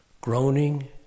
Groaning